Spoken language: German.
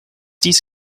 dies